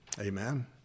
Amen